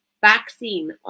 vaccine